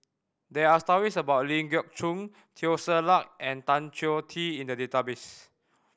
there are stories about Ling Geok Choon Teo Ser Luck and Tan Choh Tee in the database